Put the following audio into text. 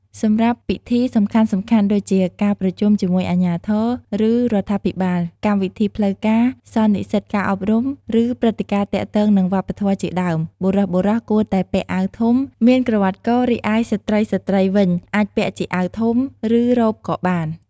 សម្រាប់ពិធីសំខាន់ៗដូចជា ការប្រជុំជាមួយអាជ្ញាធរ ឬ រដ្ឋាភិបាល កម្មវិធីផ្លូវការ សន្និសិតការអប់រំ ឬ ព្រឹត្តិការណ៍ទាក់ទងនឹងវប្បធម៌ជាដើម បុរសៗគួរតែពាក់អាវធំ មានក្រវាត់ក រីឯស្ត្រីៗវិញ អាចពាក់ជាអាវធំ ឬ រ៉ូបក៏បាន។